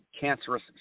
cancerous